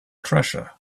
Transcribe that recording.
treasure